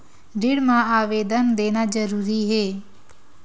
ऋण मा आवेदन देना जरूरी हे?